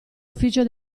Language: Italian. ufficio